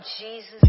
Jesus